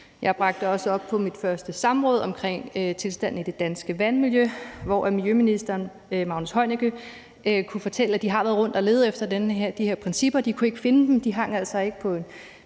det også op på mit første samråd i forbindelse med tilstanden i det danske vandmiljø, hvor miljøministeren kunne fortælle, at de havde været rundt at lede efter de her principper, men at de ikke kunne finde dem; de hang altså ikke i en